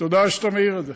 תודה שאתה מעיר את זה.